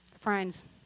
Friends